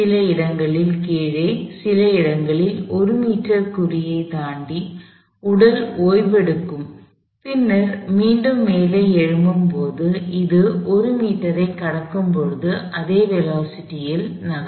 சில இடங்களில் கீழே சில இடங்களில் 1 மீட்டர் குறியைத் தாண்டி உடல் ஓய்வெடுக்கும் பின்னர் மீண்டும் மேலே எழும்பும் போது அது 1 மீட்டரைக் கடக்கும்போது அதே வேலோஸிட்டி ல் நகரும்